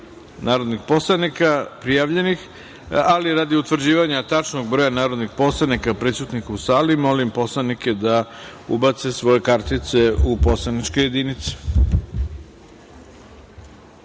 narodnih poslanika, prijavljenih. Radi utvrđivanja tačnog broja narodnih poslanika prisutnih u sali, molim poslanike da ubace svoje kartice u poslaničke